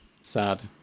sad